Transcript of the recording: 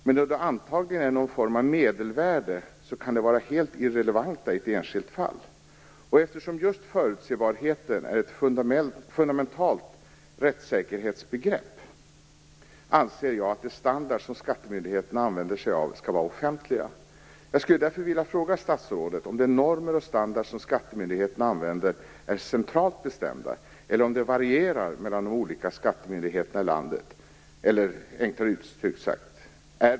Men även om de antar någon form av medelvärde, kan de vara helt irrelevanta i ett enskilt fall. Eftersom just förutsebarheten är ett fundamentalt rättssäkerhetsbegrepp, anser jag att de standards som skattemyndigheterna använder sig av skall vara offentliga.